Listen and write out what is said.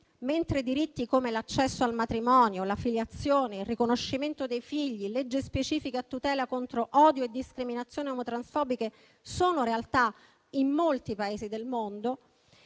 mentre i diritti come l'accesso al matrimonio, la filiazione, il riconoscimento dei figli, leggi specifiche a tutela contro l'odio e la discriminazione transfobiche sono realtà in molti Paesi del mondo,